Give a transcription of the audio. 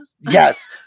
Yes